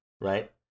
right